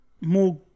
more